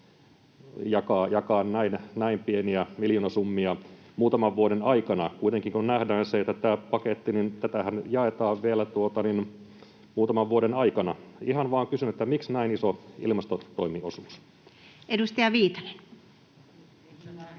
kautta, jakaa näin pieniä miljoonasummia muutaman vuoden aikana, kuitenkin kun nähdään se, että tätä pakettiahan jaetaan vielä muutaman vuoden aikana? Ihan vain kysyn, miksi näin iso ilmastotoimiosuus. [Speech 68]